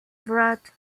brat